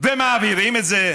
ומעבירים את זה.